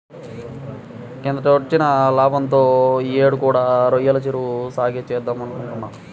కిందటేడొచ్చిన లాభంతో యీ యేడు కూడా రొయ్యల చెరువు సాగే చేద్దామనుకుంటున్నా